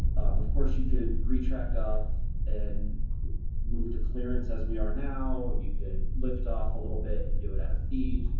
of course you could retract off and move to clearance as we are now, you could lift off a little bit and do it at a feed,